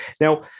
Now